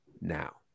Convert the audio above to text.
now